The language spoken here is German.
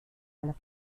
aller